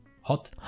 hot